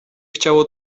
chciało